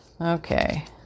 Okay